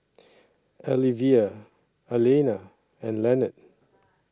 Alyvia Alayna and Lenard